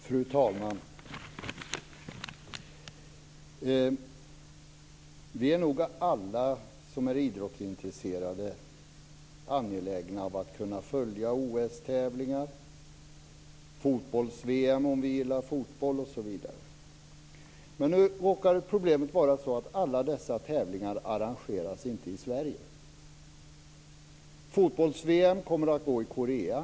Fru talman! Alla vi som är idrottsintresserade är nog angelägna om att kunna följa OS-tävlingar, fotbolls-VM om vi gillar fotboll osv. Men nu råkar problemet vara att inte alla dessa tävlingar arrangeras i Sverige. Fotbolls-VM kommer att gå i Korea.